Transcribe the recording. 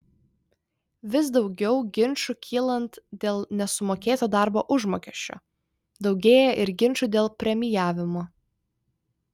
vis daugiau ginčų kylant dėl nesumokėto darbo užmokesčio daugėja ir ginčų dėl premijavimo